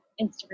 Instagram